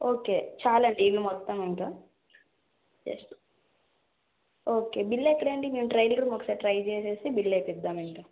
okay చాలండి ఇవి మొత్తం ఇంకా జస్ట్ ఓకే బిల్ ఎక్కడనుండి మేము ట్రయిల్ రూమ్ ఒకసారి ట్రై చేసేసి బిల్ వేపిద్దాం అండి